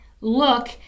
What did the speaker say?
look